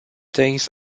days